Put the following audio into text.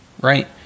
right